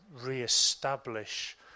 re-establish